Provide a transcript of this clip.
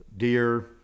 deer